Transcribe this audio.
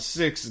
six